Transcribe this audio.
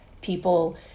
people